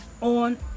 on